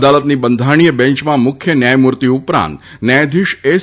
અદાલતની બંધારણીય બેન્યમાં મુખ્ય ન્યાયમૂર્તિ ઉપરાંત ન્યાયાધીશ એસ